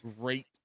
great